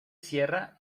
cierra